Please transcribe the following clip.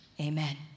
amen